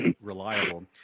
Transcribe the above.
reliable